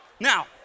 now